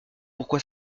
pourquoi